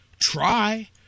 try